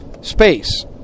space